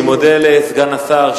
אני מודה לסגן השר,